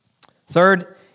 Third